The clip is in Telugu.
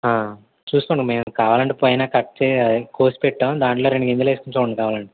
చూస్కోండి మీరు ఏమన్నా కావాలంటే పైన కట్ కోసిపెట్టాము దాంట్లో రెండు గింజలేసుకొని చూడండి కావాలంటే